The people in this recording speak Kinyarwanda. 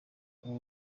ubu